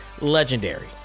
legendary